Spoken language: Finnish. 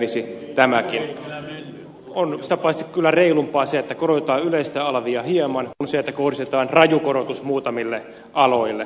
on sitä paitsi kyllä reilumpaa se että korotetaan yleistä alvia hieman kuin se että kohdistetaan raju korotus muutamille aloille